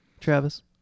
Travis